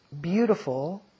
beautiful